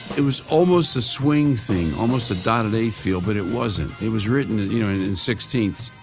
it was almost a swing thing, almost a dotted eighth feel but it wasn't. it was written and you know in sixteen ths,